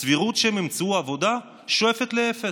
הסבירות שהם ימצאו עבודה שואפת לאפס,